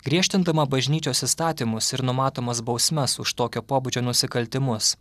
griežtindama bažnyčios įstatymus ir numatomas bausmes už tokio pobūdžio nusikaltimus